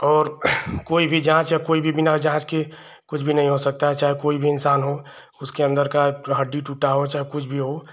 और कोई भी जाँच और कोइ भी बिना जाँच के कुछ भी नहीं हो सकता चाहे कोई भी इन्सान हो उसके अन्दर की हड्डी टूटी हो चाहे कुछ भी हो